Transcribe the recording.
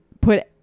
put